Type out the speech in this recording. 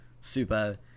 super